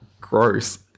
Gross